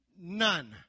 none